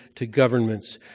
to governments.